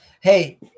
Hey